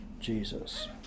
Jesus